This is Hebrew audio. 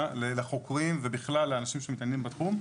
לחוקרים ובכלל לאנשים שמתעניינים בתחום,